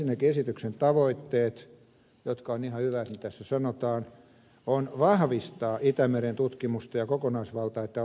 ensinnäkin esityksen tavoite joka on ihan hyväkin tässä sanoa on vahvistaa itämeren tutkimusta ja kokonaisvaltaista otetta tutkimustoiminnasta